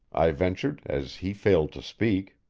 i ventured, as he failed to speak.